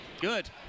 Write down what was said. Good